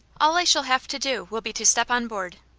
all i shall have to do will be to step on board.